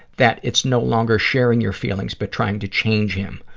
that it's no longer sharing your feelings but trying to change him,